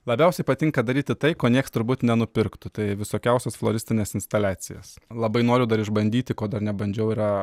labiausiai patinka daryti tai ko nieks turbūt nenupirktų tai visokiausias floristines instaliacijas labai noriu dar išbandyti ko dar nebandžiau yra